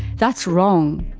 that's wrong.